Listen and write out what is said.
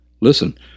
Listen